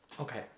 Okay